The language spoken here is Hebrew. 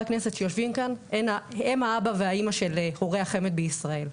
הכנסת שיושבים כאן הם האבא והאמא של הורי החמ"ד בישראל,